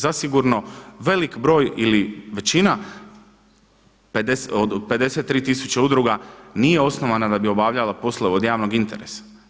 Zasigurno velik broj ili većina od 53 tisuće udruga nije osnovana da bi obavljala poslove od javnog interesa.